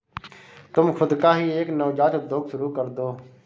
तुम खुद का ही एक नवजात उद्योग शुरू करदो